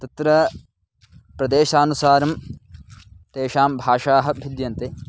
तत्र प्रेदेशानुसारं तेषां भाषाः भिद्यन्ते